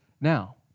now